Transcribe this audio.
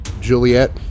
Juliet